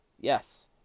Yes